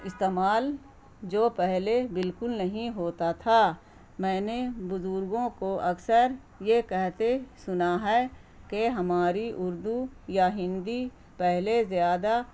استعمال جو پہلے بالکل نہیں ہوتا تھا میں نے بزرگوں کو اکثر یہ کہتے سنا ہے کہ ہماری اردو یا ہندی پہلے زیادہ